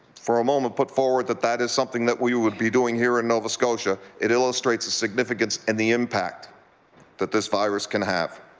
for a moment put forward that that is something that we would be doing here in nova scotia, it illustrates the significance and the impact that this virus can have.